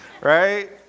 right